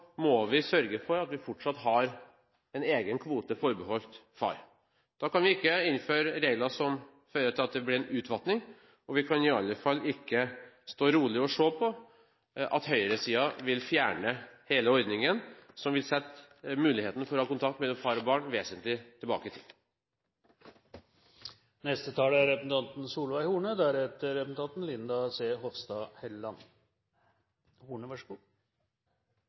må vi sørge for at vi fortsatt har en egen kvote forbeholdt far. Da kan vi ikke innføre regler som fører til at det blir en utvanning, og vi kan i alle fall ikke stå rolig og se på at høyresiden vil fjerne hele ordningen som vil sette muligheten for å ha kontakt mellom far og barn vesentlig tilbake